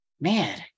man